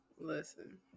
Listen